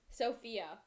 Sophia